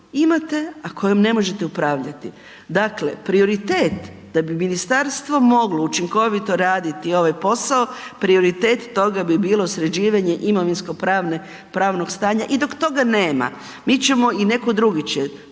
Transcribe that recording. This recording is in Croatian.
imate, a kojom ne možete upravljati. Dakle prioritet da bi ministarstvo moglo učinkovito raditi ovaj posao, prioritet toga bi sređivanje imovinsko-pravnog stanja. I dok toma nema, mi ćemo i neko drugi će